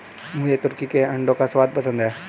मुझे तुर्की के अंडों का स्वाद पसंद है